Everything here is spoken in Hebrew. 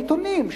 העיתונים,